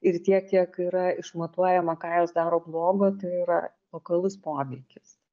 ir tiek kiek yra išmatuojama ką jos daro blogo tai yra lokalus poveikis